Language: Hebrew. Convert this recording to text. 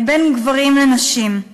בין גברים לנשים.